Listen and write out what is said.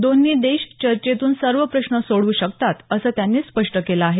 दोन्ही देश चर्चेतून सर्व प्रश्न सोडवू शकतात असं त्यांनी स्पष्ट केलं आहे